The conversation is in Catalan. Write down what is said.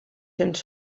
cents